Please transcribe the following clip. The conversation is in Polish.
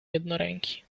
jednoręki